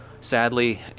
sadly